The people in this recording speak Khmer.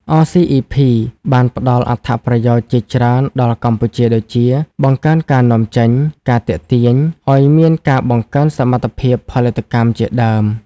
អ សុី អុី ភី(RCEP) បានផ្តល់អត្ថប្រយោជន៍ជាច្រើនដល់កម្ពុជា ដូចជា បង្កើនការនាំចេញ ការទាក់ទាញ អោយមានការបង្កើនសមត្ថភាពផលិតកម្ម ជាដើម។